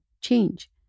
change